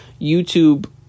YouTube